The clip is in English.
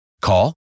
Call